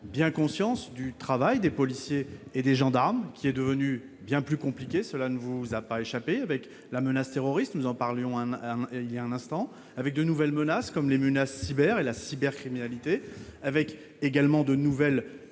bien conscience du travail des policiers et des gendarmes qui est devenue bien plus compliqué, cela ne vous a pas échappé avec la menace terroriste, nous en parlions un il y a un instant, avec de nouvelles menaces comme les menaces cyber et la cybercriminalité, avec également de nouvelles